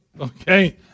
Okay